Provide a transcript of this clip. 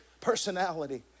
personality